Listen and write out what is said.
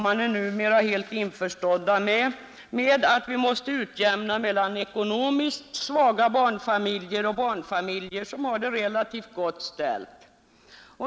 Man är helt införstådd med att vi måste göra en utjämning mellan ekonomiskt svaga barnfamiljer och barnfamiljer som har det relativt gott ställt.